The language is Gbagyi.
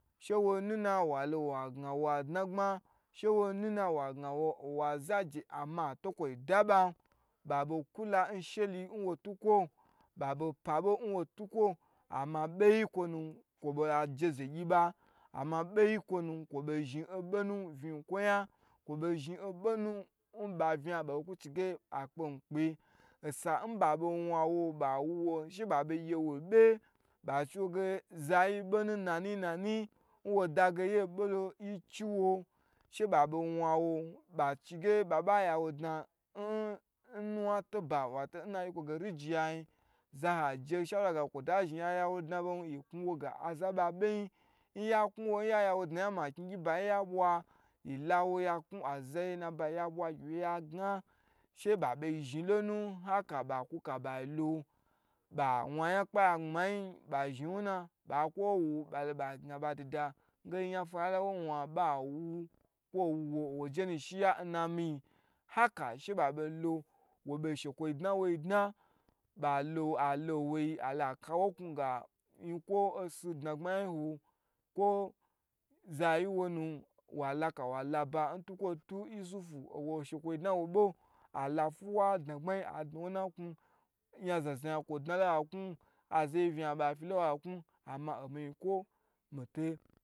She wo nu na wao wa gna wa dnagbma she wo nuna wa gna wa zaje ama to kwo da bhan, bha bei kula nsheliyi nwo tukwo, abo pabo nwo tukwo ama boyi kwonu kwo bo la je zegyi ba, ama bo yi kwo nu kwo bo zhin bo bniyin kwo yan, kwo bo bo zhin bonu riba vniya boku chige akpe mi kpe osa n ba bo wan bawu wo she babe gue wo bye ba chiwoge zayi bonu nanu na naniyi nwo dage oye bolo yi chiwo, she ba bei wan wo ba chige yiba ya wo dna nna nuwa to ba wato nna yi ko ge lijiya yin, za ho waje shawura ga ge kw ta zhin ya yawo dna bon aza ba beyin nya ya wo dna ya ma kni gyi ba yi nu ya bwa yi law ya knu aza aye nna bayi ya bwa gyi wye ya gna she ba boi zhilo nu ha ba kuka balo, ba wan yan kpa yan gbmayin be zhi wu ba lo ba gna ba dida nge ayan fa ya lawo wan kwoi wu wo owo je kpe nu shiya nna miyi haka she ba boi lo wo bei shekwo dna woi dna ba lo ailo nwoi akawo knu ga yinko osu dnagbmayin ho, ko za yi wonu walaka wala ba n tukwo tun yusufu nwo shekwo dna wo bo ala fuwa dnagbmaya a dna w nnakun, yan zna zna yan kwo dna lo ha knu, a zayu vna yan ba dna lo hakun ama omiyin kwo gye.